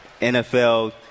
NFL